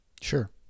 sure